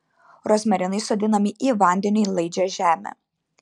rozmarinai sodinami į vandeniui laidžią žemę